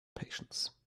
patience